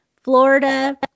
Florida